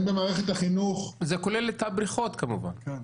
אין במערכת החינוך -- זה כולל את הבריכות כמובן.